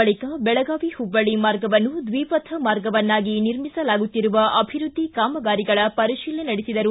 ಬಳಿಕ ಬೆಳಗಾವಿ ಹುಬ್ಬಳ್ಳಿ ಮಾರ್ಗವನ್ನು ದ್ವಿಪಥ ಮಾರ್ಗವನ್ನಾಗಿ ನಿರ್ಮಿಸಲಾಗುತ್ತಿರುವ ಅಭಿವೃದ್ಧಿ ಕಾಮಗಾರಿಗಳ ಪರಿಶೀಲನೆ ನಡೆಸಿದರು